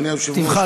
אדוני היושב-ראש,